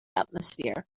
atmosphere